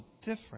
different